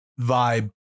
Vibe